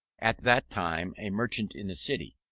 at that time a merchant in the city.